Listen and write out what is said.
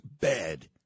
bad